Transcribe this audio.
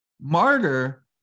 martyr